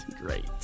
Great